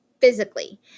physically